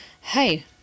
hey